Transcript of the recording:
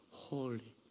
holy